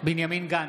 בנימין גנץ,